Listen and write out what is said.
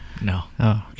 No